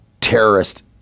terrorist